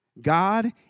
God